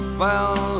fell